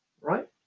right